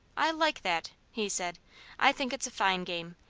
i like that, he said i think it's a fine game,